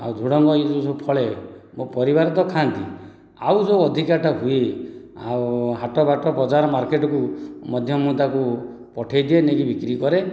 ଆଉ ଝୁଡ଼ଙ୍ଗ ଏହି ଯେଉଁ ସବୁ ଫଳେ ମୋ ପରିବାର ତ ଖାଆନ୍ତି ଆଉ ଯେଉଁ ଅଧିକାଟା ହୁଏ ଆଉ ହାଟ ବାଟ ବଜାର ମାର୍କେଟ କୁ ମଧ୍ୟ ମୁଁ ତାକୁ ପଠାଇଦିଏ ନେଇକି ବିକ୍ରି କରେ